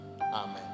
Amen